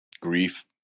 grief